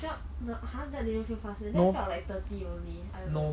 felt the !huh! that didn't feel fast meh that felt like thirty only I don't know